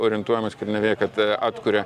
orientuojamės kernavėj kad atkuria